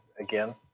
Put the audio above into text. again